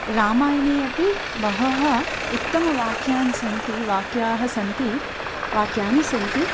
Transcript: रामायणे अपि बहवः उत्तमवाक्यानि सन्ति वाक्यानि सन्ति वाक्यानि सन्ति